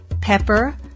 pepper